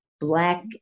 black